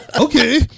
Okay